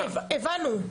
הבנו.